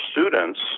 students